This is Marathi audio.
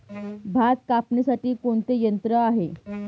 भात कापणीसाठी कोणते यंत्र आहे?